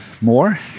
More